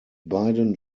beiden